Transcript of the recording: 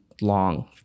long